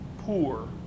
poor